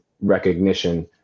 recognition